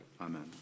Amen